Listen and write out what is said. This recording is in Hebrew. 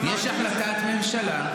יש החלטת ממשלה,